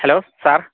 hello sir